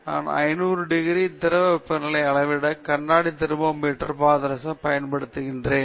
நான் 500 டிகிரி இது திரவ வெப்பநிலை அளவிட கண்ணாடி தெர்மோமீட்டர் இந்த பாதரச பயன்படுத்துவேன்